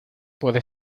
puede